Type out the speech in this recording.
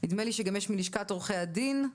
נדמה לי שגם יש מלשכת עורכי הדין.